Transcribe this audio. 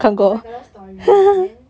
it's like a love story and then